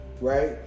right